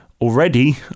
Already